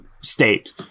state